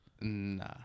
Nah